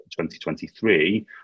2023